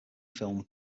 film